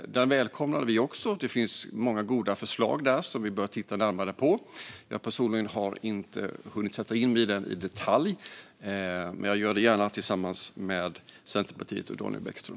Den välkomnar vi. Där finns många goda förslag som man bör titta närmare på. Personligen har jag inte hunnit sätta mig in i utredningens förslag i detalj. Men jag gör det gärna tillsammans med Centerpartiet och Daniel Bäckström.